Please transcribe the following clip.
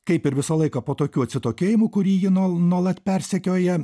kaip ir visą laiką po tokių atsitokėjimų kurį jį nol nuolat persekioja